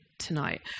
tonight